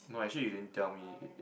no actually you didn't tell me